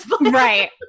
right